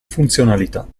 funzionalità